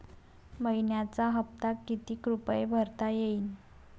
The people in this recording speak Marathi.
मइन्याचा हप्ता कितीक रुपये भरता येईल?